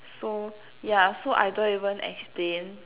so yeah so I don't even explain